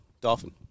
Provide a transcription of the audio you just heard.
Dolphin